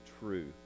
truth